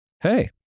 hey